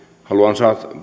haluan